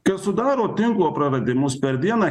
kas sudaro tinklo praradimus per dieną